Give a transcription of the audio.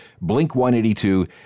Blink-182